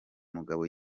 mugabo